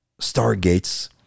stargates